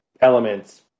elements